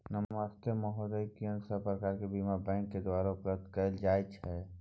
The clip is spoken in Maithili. नमस्ते महोदय, कोन सब प्रकार के बीमा बैंक के द्वारा उपलब्ध कैल जाए छै?